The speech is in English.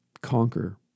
conquer